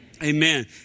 Amen